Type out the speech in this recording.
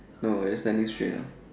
no just standing straight ah